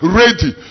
ready